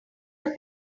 are